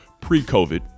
pre-COVID